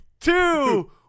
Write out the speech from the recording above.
two